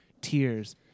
tears